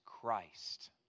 Christ